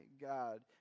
God